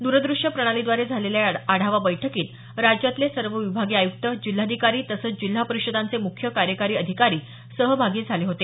दुरद्रश्य प्रणालीद्वारे झालेल्या या आढावा बैठकीत राज्यातले सर्व विभागीय आयुक्त जिल्हाधिकारी तसंच जिल्हा परिषदांचे मुख्य कार्यकारी अधिकारी सहभागी झाले होते